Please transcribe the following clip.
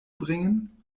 bringen